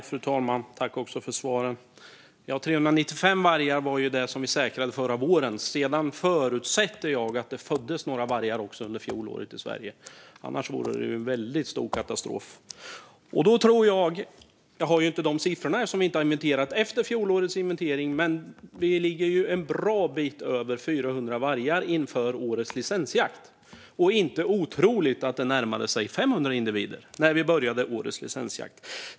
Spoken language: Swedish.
Fru talman! Jag tackar ministern för svaren. Det var 395 vargar vi säkrade förra våren. Sedan förutsätter jag att det föddes några vargar också under fjolåret i Sverige. Annars vore det en väldigt stor katastrof. Då tror jag - jag har inga siffror eftersom vi inte har inventerat efter fjolårets inventering - att vi låg en bra bit över 400 vargar inför årets licensjakt. Det är inte otroligt att det närmade sig 500 individer när vi började årets licensjakt.